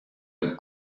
dem